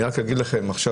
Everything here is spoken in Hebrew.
אני רק אגיד לכם עכשיו,